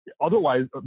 Otherwise